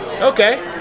Okay